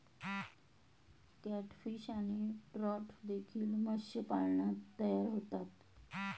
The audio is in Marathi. कॅटफिश आणि ट्रॉट देखील मत्स्यपालनात तयार होतात